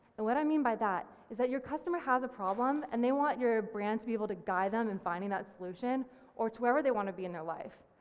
and what i mean by that, is that your customer has a problem and they want your brand to be able to guide them and finding that solution or to where where they want to be in their life.